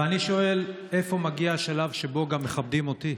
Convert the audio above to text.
ואני שואל: איפה מגיע השלב שבו מכבדים גם אותי?